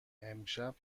امشب